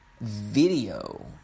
video